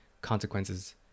consequences